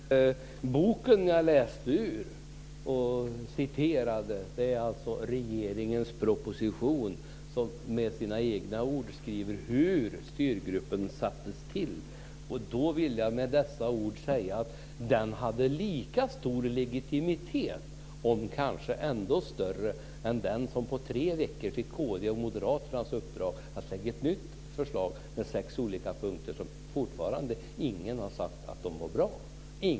Fru talman! Boken jag läste ur och citerade är alltså propositionen från regeringen, som med sina egna ord beskriver hur styrgruppen sattes till. Jag vill med dessa ord säga att den hade lika stor legitimitet, och kanske ännu större, än den som på tre veckor fick kd:s och moderaternas uppdrag att lägga fram ett nytt förslag med sex olika punkter, som fortfarande ingen har sagt var bra.